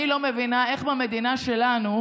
אני לא מבינה איך במדינה שלנו,